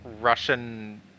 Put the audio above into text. russian